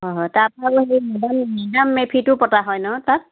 হয় হয় তাত মে ডাম মেফিটো পতা হয় ন তাত